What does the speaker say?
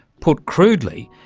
put crudely,